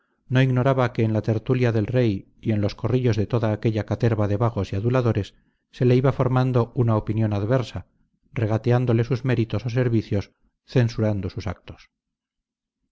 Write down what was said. no ignoraba que en la tertulia del rey y en los corrillos de toda aquella caterva de vagos y aduladores se le iba formando una opinión adversa regateándole sus méritos o servicios censurando sus actos